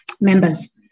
members